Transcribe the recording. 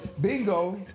Bingo